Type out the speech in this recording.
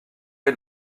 est